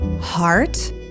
Heart